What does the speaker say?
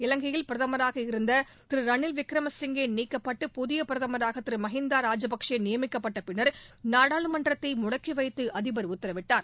இலங்கையில் பிரதமராக இருந்த திரு ரனில் விக்ரமசிங்கே நீக்கப்பட்டு புதியப் பிரதமராக திரு மஹிந்தா ராஜபக்சே நியமிக்கப்பட்ட பின்னர் நாடாளுமன்றத்தை முடக்கி வைத்து அதிபர் உத்தரவிட்டார்